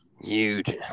Huge